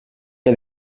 què